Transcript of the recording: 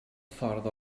ffordd